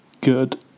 good